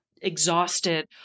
exhausted